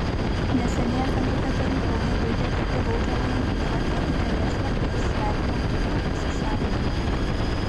neseniai fntt pareigūnai baigė tirti baudžiamąją bylą dėl didelės vertės svetimo turto pasisavinimo